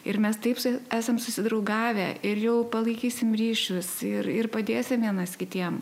ir mes taip esam susidraugavę ir jau palaikysim ryšius ir ir padėsim vienas kitiem